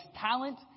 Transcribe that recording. talent